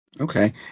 Okay